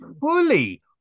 fully